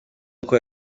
uko